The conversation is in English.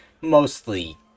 mostly